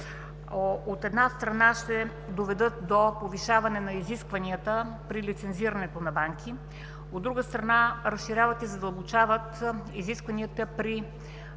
от една страна ще доведат до повишаване на изискванията при лицензирането на банки, от друга страна, разширяват и задълбочават изискванията при изследването на